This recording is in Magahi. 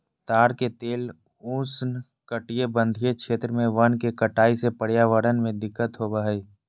ताड़ के तेल उष्णकटिबंधीय क्षेत्र में वन के कटाई से पर्यावरण में दिक्कत होबा हइ